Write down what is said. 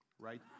right